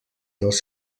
dels